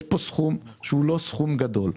יש פה סכום שהוא לא סכום גדול.